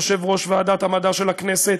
יושב-ראש ועדת המדע של הכנסת,